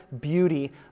beauty